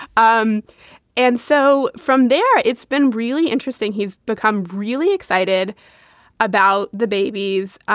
um and so from there, it's been really interesting. he's become really excited about the babies.